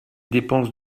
dépenses